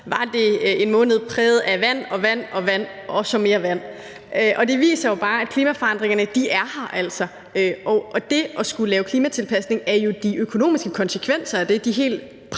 var en måned præget af vand og vand – og så mere vand. Det viser bare, at klimaforandringerne altså er her, og det at skulle lave klimatilpasning er jo de økonomiske konsekvenser af det, de